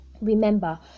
remember